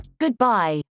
Goodbye